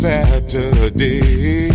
Saturday